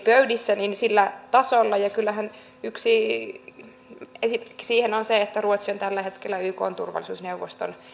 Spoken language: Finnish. pöydissä niin sillä tasolla ja kyllähän yksi esimerkki siihen on se että ruotsi on tällä hetkellä ykn turvallisuusneuvoston